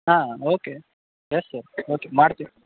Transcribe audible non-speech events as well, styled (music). ಹಾಂ okay (unintelligible) okay ಮಾಡ್ತೀನಿ